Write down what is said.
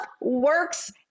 works